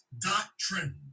doctrine